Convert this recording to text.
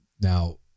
now